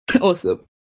awesome